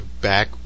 back